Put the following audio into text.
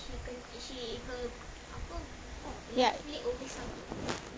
left